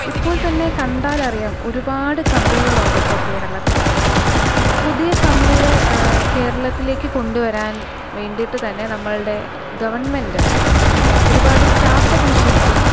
ഇപ്പോൾ തന്നെ കണ്ടാലറിയാം ഒരുപാട് കമ്പനികൾ ഉണ്ട് ഇപ്പോൾ കേരളത്തിൽ പുതിയ കമ്പനികൾ കേരളത്തിലേക്ക് കൊണ്ടുവരാൻ വേണ്ടിയിട്ട് തന്നെ നമ്മളുടെ ഗവൺമെൻറ്റ് ഒരുപാട് സ്റ്റാർട്ടപ്പ് മിഷൻസും